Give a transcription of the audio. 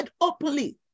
openly